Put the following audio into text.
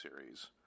series